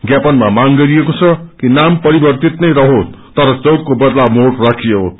ज्ञापनामा मांग गरिएको छ शिकनाम परिवर्तित नै रहोस तर चौकको बदला मोड़ राखियोस